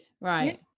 right